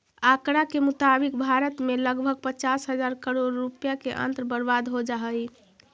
आँकड़ा के मुताबिक भारत में लगभग पचास हजार करोड़ रुपया के अन्न बर्बाद हो जा हइ